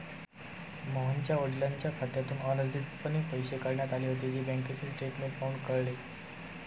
मोहनच्या वडिलांच्या खात्यातून अनधिकृतपणे पैसे काढण्यात आले होते, जे बँकेचे स्टेटमेंट पाहून कळले